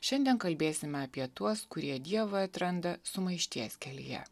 šiandien kalbėsime apie tuos kurie dievą atranda sumaišties kelyje